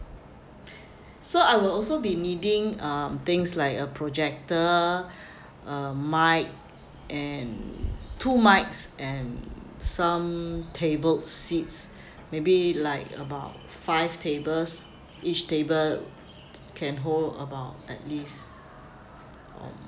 so I will also be needing um things like a projector a mic and two mikes and some tables seats maybe like about five tables each table can hold about at least from